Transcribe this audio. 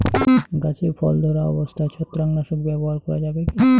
গাছে ফল ধরা অবস্থায় ছত্রাকনাশক ব্যবহার করা যাবে কী?